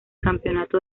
campeonato